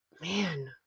man